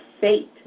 fate